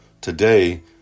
today